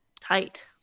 Tight